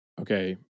okay